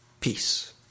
peace